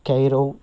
Cairo